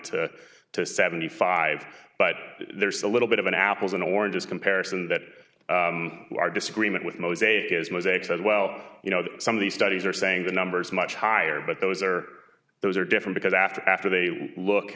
to to seventy five but there's a little bit of an apples and oranges comparison that our disagreement with mosaic is music said well you know some of these studies are saying the numbers much higher but those are those are different because after after they look